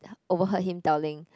overheard him telling